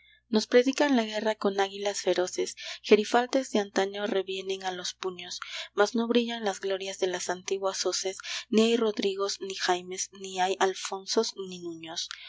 nos predican la guerra con águilas feroces gerifaltes de antaño revienen a los puños mas no brillan las glorias de las antiguas hoces ni hay rodrigos ni jaimes ni hay alfonsos ni nuños